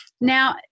Now